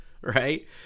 Right